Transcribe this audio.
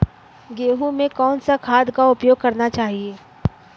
गेहूँ में कौन सा खाद का उपयोग करना चाहिए?